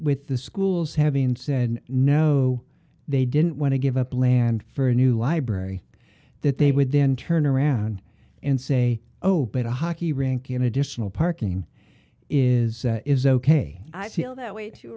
with the schools having said no they didn't want to give up land for a new library that they would then turn around and say oh but a hockey rink in additional parking is is ok i feel that way too